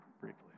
briefly